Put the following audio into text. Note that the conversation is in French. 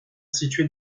situé